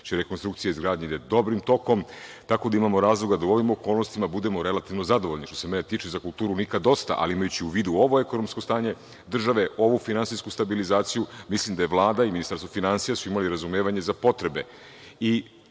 rekonstrukcija i izgradnja ide dobrim tokom. Tako da, imamo razloga da u ovim okolnostima budemo relativno zadovoljni. Što se mene tiče, za kulturu nikad dosta, ali, imajući u vidu ovu ekonomsko stanje države, ovu finansijsku stabilizaciju, mislim da su Vlada i Ministarstvo finansija imali razumevanja za potrebe